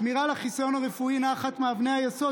שמירה על חיסיון רפואי היא אחת מאבני היסוד